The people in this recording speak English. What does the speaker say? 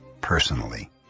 personally